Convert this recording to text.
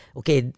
okay